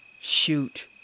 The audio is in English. shoot